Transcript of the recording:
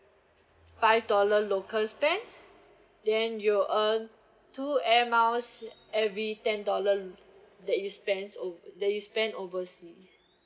five dollar local spend then you earn two air miles every ten dollars that is spend o~ that is spend oversea